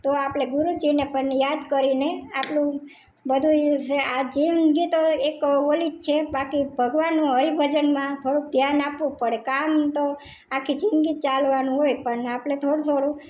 તો આપણે ગુરુજીને પણ યાદ કરીને આપણું બધું ય આ જિંદગી તો એક ઓલિ જ છે બાકી ભગવાનનું હરિ ભજનમાં થોડુંક ધ્યાન આપવું પડે કામ તો આખી જિંદગી જ ચાલવાનું હોય પણ આપણે થોડું થોડું